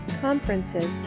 conferences